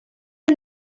who